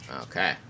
Okay